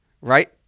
Right